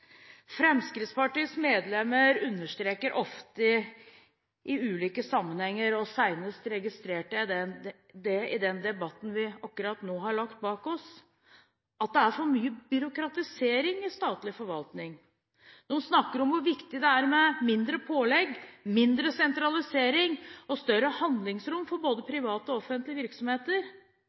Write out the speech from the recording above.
Fremskrittspartiets medlemmer understreker ofte i ulike sammenhenger – senest registrerte jeg det i den debatten vi akkurat nå har lagt bak oss – at det er for mye byråkratisering i statlig forvaltning. De snakker om hvor viktig det er med mindre pålegg, mindre sentralisering og større handlingsrom for både private og offentlige virksomheter.